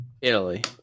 Italy